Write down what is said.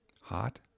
Hot